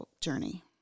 journey